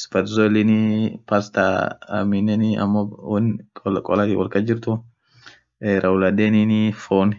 sparzoliniii paster aminen ammo wonn kholathi wol kasjirthu rauller dhenin fonn